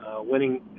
winning